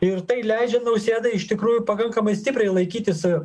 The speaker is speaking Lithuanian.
ir tai leidžia nausėdai iš tikrųjų pakankamai stipriai laikytis